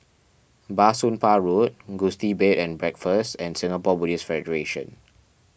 Bah Soon Pah Road Gusti Bed and Breakfast and Singapore Buddhist Federation